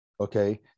okay